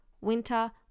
winter